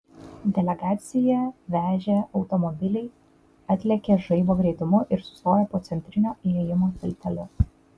delegaciją vežę automobiliai atlėkė žaibo greitumu ir sustojo po centrinio įėjimo tilteliu